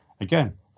again